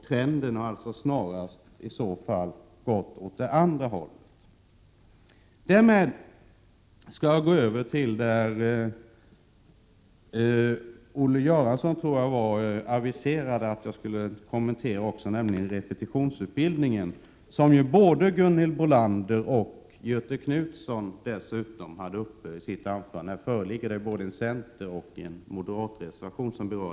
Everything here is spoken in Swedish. Trenden har alltså gått åt andra hållet. Därmed skall jag gå över till det jag tror Olle Göransson aviserade att jag skulle kommentera, nämligen repetitionsutbildningen. Den tog både Gunhild Bolander och Göthe Knutson upp i sina anföranden. I den här frågan föreligger såväl en centermotion som en moderat reservation.